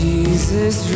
Jesus